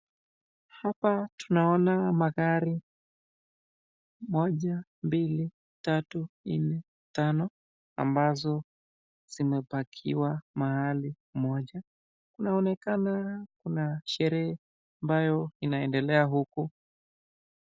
Hapa tunaona magari moja, mbili, tatu, nne, tano ambazo zimepakiwa mahali moja. Unaonekana kuna serehe ambayo unaendelea huku.